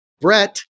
Brett